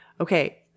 okay